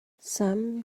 some